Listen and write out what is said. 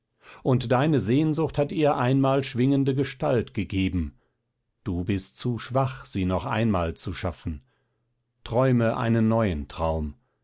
und deine sehnsucht hat ihr einmal schwingende gestalt gegeben du bist zu schwach sie noch einmal zu schaffen träume einen neuen traum